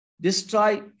destroy